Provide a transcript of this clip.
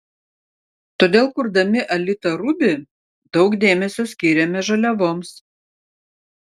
todėl kurdami alita ruby daug dėmesio skyrėme žaliavoms